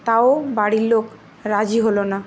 তাও বাড়ির লোক রাজি হলো না